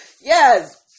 Yes